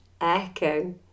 Echo